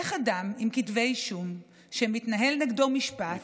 איך אדם עם כתבי אישום שמתנהל נגדו משפט,